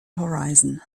horizon